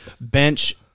Bench